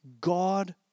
God